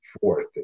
fourth